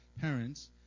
parents